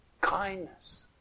kindness